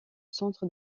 centre